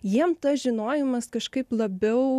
jiem tas žinojimas kažkaip labiau